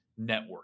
networking